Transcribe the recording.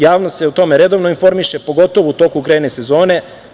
Javnost se o tome redovno informiše, pogotovo u toku grejne sezone.